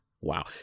Wow